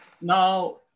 Now